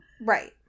right